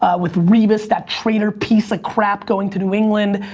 with revis, that traitor piece of crap going to new england.